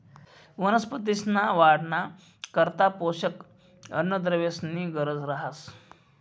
वनस्पतींसना वाढना करता पोषक अन्नद्रव्येसनी गरज रहास